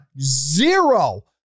zero